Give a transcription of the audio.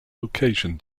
location